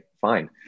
fine